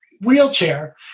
wheelchair